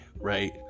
right